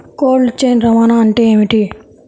Cold chain రవాణా అంటే ఏమిటీ?